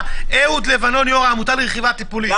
הארכה עד 15 בינואר 2021. כי זה אמור להסתיים שבוע הבא.